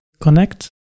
Connect